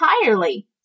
entirely